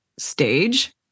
stage